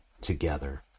together